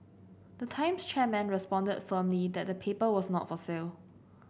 the Times chairman responded firmly that the paper was not for sale